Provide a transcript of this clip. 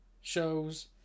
shows